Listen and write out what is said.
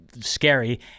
Scary